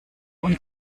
und